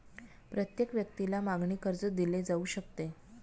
प्रत्येक व्यक्तीला मागणी कर्ज दिले जाऊ शकते